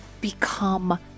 become